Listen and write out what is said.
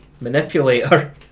manipulator